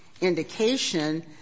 indication